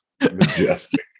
majestic